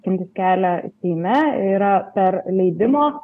skintis kelią seime yra per leidimo